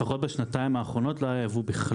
לפחות בשנתיים האחרונות לא היה יבוא בכלל.